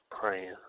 praying